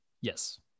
yes